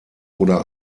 oder